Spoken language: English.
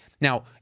Now